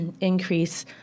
increase